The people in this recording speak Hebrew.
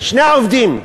שני עובדים,